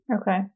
Okay